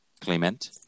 Clement